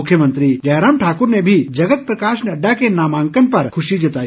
मुख्यमंत्री जयराम ठाक्र ने भी जगत प्रकाश नड़डा के नामांकन भरने पर ख्रशी जताई